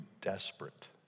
desperate